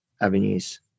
avenues